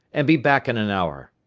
and be back in an hour.